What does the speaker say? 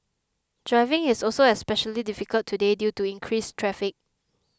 driving is also especially difficult today due to increased traffic